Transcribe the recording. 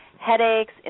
headaches